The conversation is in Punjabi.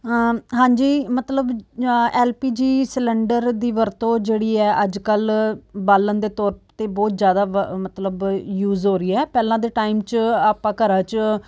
ਹਾਂ ਹਾਂਜੀ ਮਤਲਬ ਐੱਲ ਪੀ ਜੀ ਸਿਲੰਡਰ ਦੀ ਵਰਤੋਂ ਜਿਹੜੀ ਹੈ ਅੱਜ ਕੱਲ੍ਹ ਬਾਲਣ ਦੇ ਤੌਰ 'ਤੇ ਬਹੁਤ ਜ਼ਿਆਦਾ ਵ ਮਤਲਬ ਯੂਜ ਹੋ ਰਹੀ ਹੈ ਪਹਿਲਾਂ ਦੇ ਟਾਈਮ 'ਚ ਆਪਾਂ ਘਰਾਂ 'ਚ